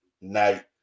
Night